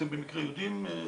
אתם במקרים יודעים?